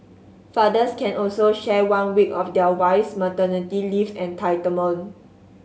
fathers can also share one week of their wife's maternity leave entitlement